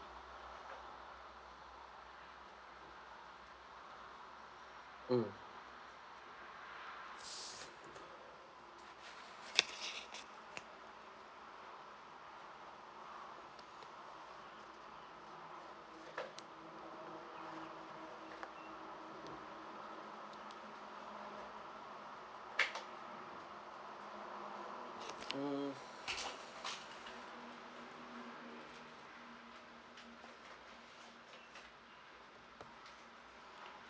mm